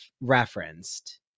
referenced